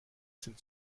sind